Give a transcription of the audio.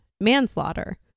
manslaughter